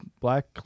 black